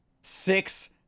Six